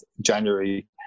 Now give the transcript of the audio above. January